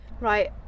right